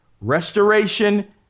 restoration